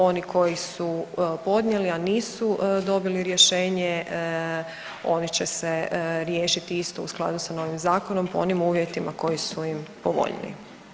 Oni koji su podnijeli, a nisu dobili rješenje, oni će se riješiti isto u skladu sa novim zakonom po onim uvjetima koji su im povoljniji.